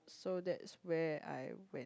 so that's where I went